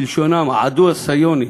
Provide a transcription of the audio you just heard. כלשונם, "העדו הציוני".